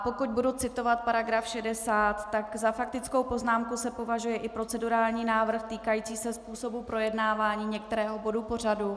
Pokud budu citovat § 60, tak za faktickou poznámku se považuje i procedurální návrh týkající se způsobu projednávání některého bodu pořadu.